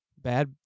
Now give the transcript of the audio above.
bad